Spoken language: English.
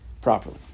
properly